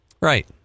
Right